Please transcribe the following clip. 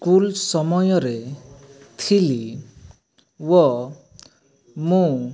school ସମୟରେ ଥିଲି ଓ ମୁଁ